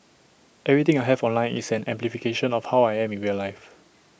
everything I have online is an amplification of how I am in real life